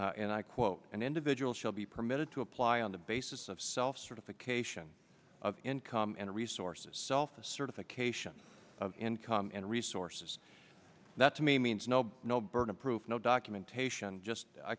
and i quote an individual shall be permitted to apply on the basis of self certification of income and resources self a certification of income and resources that to me means no no byrne approve no documentation just